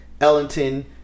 Ellington